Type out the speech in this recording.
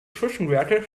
zwischenwerte